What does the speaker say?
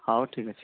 ହଉ ଠିକ୍ ଅଛି